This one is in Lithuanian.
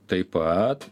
taip pat